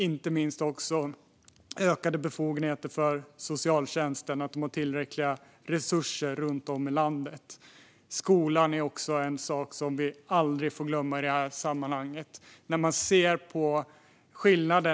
Inte minst behöver socialtjänsten ökade befogenheter. Den behöver tillräckliga resurser runt om i landet. Skolan är också något som vi aldrig får glömma i detta sammanhang.